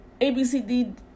ABCD